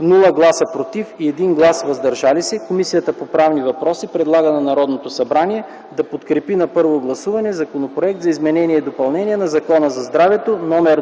без „против” и 1 глас „въздържал се”, Комисията по правни въпроси предлага на Народното събрание да подкрепи на първо гласуване Законопроект за изменение и допълнение на Закона за здравето, №